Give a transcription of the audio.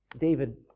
David